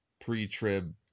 pre-trib